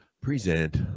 Present